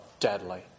Deadly